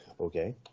Okay